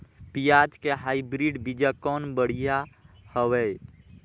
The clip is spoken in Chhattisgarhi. पियाज के हाईब्रिड बीजा कौन बढ़िया हवय?